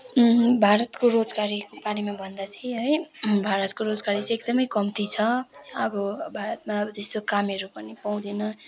भारतको रोजगारी बारेमा भन्दा चाहिँ है भारतको रोजगारी चाहिँ एकदमै कम्ती छ अब भारतमा त्यस्तो कामहरू पनि पाउँदैन